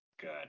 Good